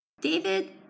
David